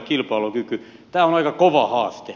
tämä on aika kova haaste